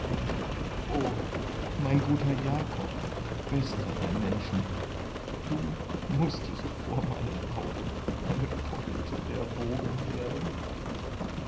mein guter jakob bester der menschen du mußtest vor meinen augen eine beute der wogen werden